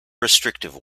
restrictive